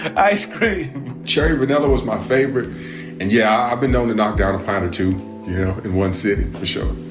ice cream cherry vanilla was my favorite and yeah, i've been known to knock down a pound or two in one sitting,